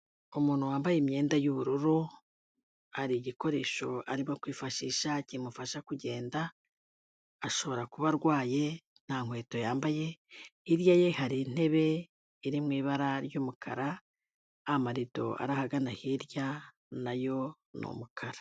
Umuntu wambaye imyenda y'ubururu, hari igikoresho arimo kwifashisha kimufasha kugenda, ashobora kuba arwaye, nta nkweto yambaye. Hirya ye hari intebe iri mu ibara ry'umukara, amarido ari ahagana hirya nayo ni umukara.